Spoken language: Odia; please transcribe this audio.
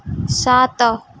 ସାତ